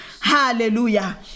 Hallelujah